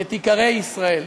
שתיקרא ישראל.